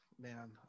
Man